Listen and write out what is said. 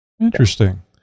Interesting